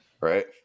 Right